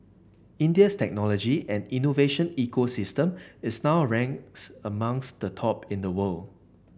India's technology and innovation ecosystem is now ranked amongst the top in the world